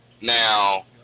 Now